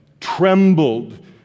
trembled